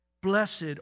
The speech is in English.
Blessed